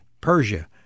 Persia